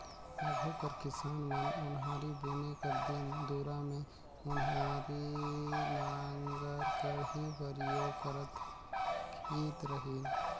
आघु कर किसान मन ओन्हारी बुने कर दिन दुरा मे ओन्हारी नांगर कर ही परियोग करत खित रहिन